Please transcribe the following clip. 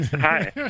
Hi